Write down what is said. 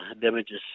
damages